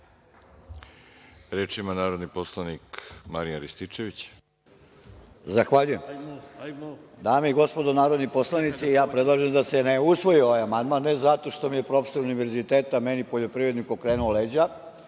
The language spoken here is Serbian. Reč ima narodni poslanik Marijan Rističević. **Marijan Rističević** Zahvaljujem. Dame i gospodo narodni poslanici, ja predlažem da se ne usvoji ovaj amandman, ne zato što mi je profesor univerziteta, meni poljoprivredniku okrenuo leđa.